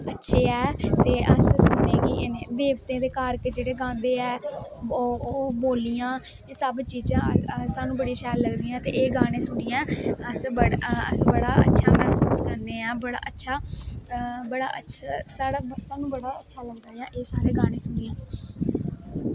अच्छे ऐ ते अस सुनने गी देवतें दे कारक जेह्ड़े गांदे ऐ बोल्लियां एह् सब चीजां स्हानू बड़ियां शैल लगदियां ऐं ते एह् सब गाने सुनियैं अस बड़ा अच्छा मसूस करने ऐं बड़ा अच्छा स्हानू बड़ा अच्छा लगदा ऐ एह् सारे गाने सुनियैं